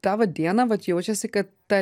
tą vat dieną vat jaučiasi kad ta